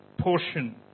portion